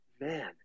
man